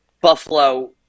Buffalo